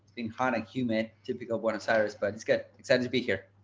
incarnate human typical born cyrus, but it's good. excited to be here.